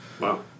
wow